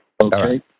Okay